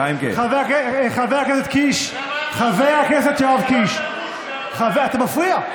חבר הכנסת קיש, חבר הכנסת יואב קיש, אתה מפריע.